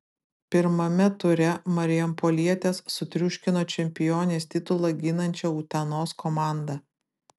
pirmame ture marijampolietės sutriuškino čempionės titulą ginančią utenos komandą